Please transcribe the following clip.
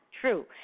true